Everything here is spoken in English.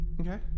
Okay